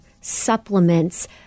supplements